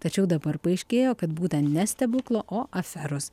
tačiau dabar paaiškėjo kad būta ne stebuklo o aferos